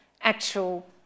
actual